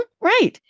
Right